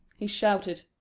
he shouted.